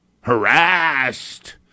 harassed